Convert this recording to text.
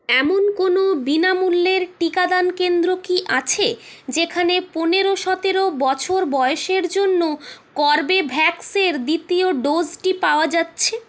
এমন কোনও বিনামূল্যের টিকাদান কেন্দ্র কি আছে যেখানে পনেরো সতেরো বছর বয়সের জন্য কর্বেভ্যাক্সের দ্বিতীয় ডোজটি পাওয়া যাচ্ছে